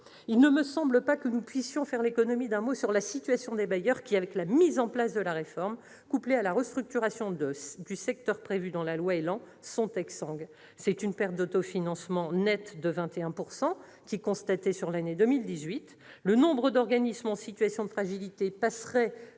Il ne me semble pas que nous puissions faire l'économie d'un mot sur la situation des bailleurs, qui, avec la mise en place de la réforme, couplée à la restructuration du secteur prévue dans la loi ÉLAN, sont exsangues. Une perte d'autofinancement net de 21 % est constatée sur l'année 2018. Le nombre d'organismes en situation de fragilité passerait